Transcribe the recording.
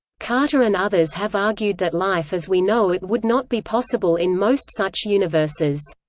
carter and others have argued that life as we know it would not be possible in most such universes.